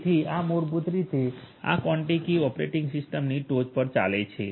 તેથી આ મૂળભૂત રીતે આ કોન્ટીકી ઓપરેટિંગ સિસ્ટમની ટોચ પર ચાલે છે